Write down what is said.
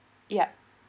yup